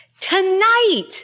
Tonight